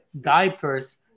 Diapers